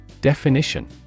Definition